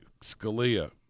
Scalia